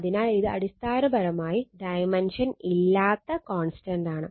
അതിനാൽ ഇത് അടിസ്ഥാനപരമായി ഡൈമെൻഷൻ ഇല്ലാത്ത കോൺസ്റ്റന്റാണ്